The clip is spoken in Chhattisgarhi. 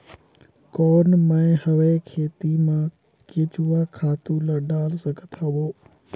कौन मैं हवे खेती मा केचुआ खातु ला डाल सकत हवो?